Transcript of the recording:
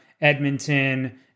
Edmonton